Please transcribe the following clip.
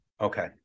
Okay